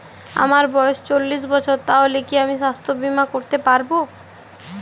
আমার বয়স চল্লিশ বছর তাহলে কি আমি সাস্থ্য বীমা করতে পারবো?